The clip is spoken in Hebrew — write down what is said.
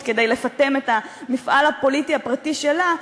כדי לפטם את המפעל הפוליטי הפרטי שלה,